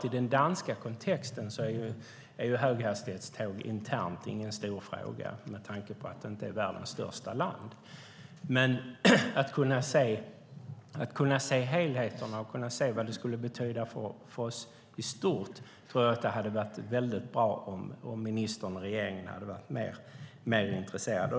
I den danska kontexten är höghastighetståg internt ingen stor fråga med tanke på att Danmark inte är världens största land. Men i fråga om att se vad helheten betyder för oss hade det varit bra om ministern och regeringen hade varit mer intresserade.